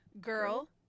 Girl